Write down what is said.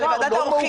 לוועדת העורכים.